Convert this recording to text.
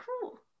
cool